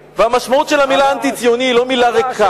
והמשמעות של המלה אנטי-ציוני היא לא מלה ריקה.